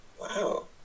Wow